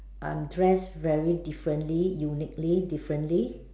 I'm dress very differently uniquely differently